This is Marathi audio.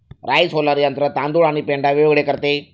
राइस हुलर यंत्र तांदूळ आणि पेंढा वेगळे करते